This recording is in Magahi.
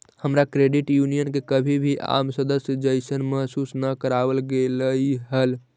हमरा क्रेडिट यूनियन में कभी भी आम सदस्य जइसन महसूस न कराबल गेलई हल